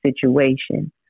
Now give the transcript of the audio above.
situation